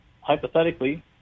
hypothetically